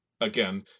again